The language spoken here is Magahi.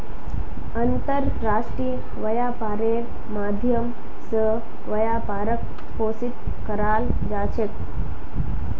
अन्तर्राष्ट्रीय व्यापारेर माध्यम स व्यापारक पोषित कराल जा छेक